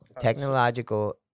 technological